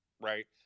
right